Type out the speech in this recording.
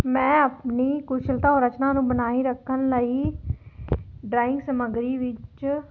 ਮੈਂ ਆਪਣੀ ਕੁਸ਼ਲਤਾ ਰਚਨਾ ਨੂੰ ਬਣਾਈ ਰੱਖਣ ਲਈ ਡਰਾਇੰਗ ਸਮਗਰੀ ਵਿੱਚ